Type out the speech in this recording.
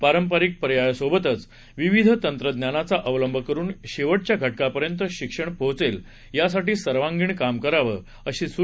पारंपरिक पर्यायासोबतच विविध तंत्रज्ञानाचा अवलंब करुन शेवटच्या घटकापर्यंत शिक्षण पोहोचेल यासाठी सर्वांगिण काम करावं अशी सूचना त्यांनी यावेळी केली